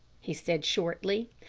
he said shortly.